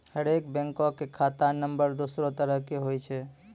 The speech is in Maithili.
हरेक बैंको के खाता नम्बर दोसरो तरह के होय छै